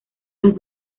los